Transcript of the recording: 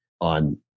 on